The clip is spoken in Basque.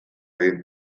egin